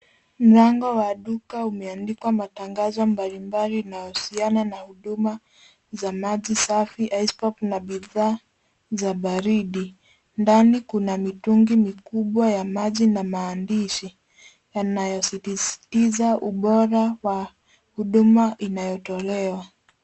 Mlango wa duka umeandikwa matangazo mbalimbali inayohusiana na huduma za maji safi, icepop na bidhaa za baridi. Ndani kuna mitungi mikubwa ya maji na mandishi yanayosisitiza ubora wa huduma inayotolewa.